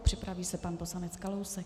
Připraví se pan poslanec Kalousek.